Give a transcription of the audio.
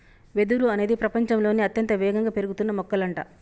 వెదురు అనేది ప్రపచంలోనే అత్యంత వేగంగా పెరుగుతున్న మొక్కలంట